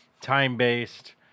time-based